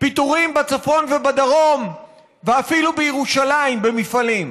פיטורים בצפון ובדרום ואפילו בירושלים, במפעלים,